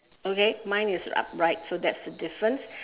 okay mine is upright so that's the difference